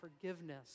forgiveness